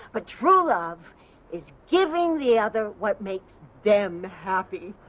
ah true love is giving the other what makes them happy.